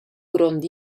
grond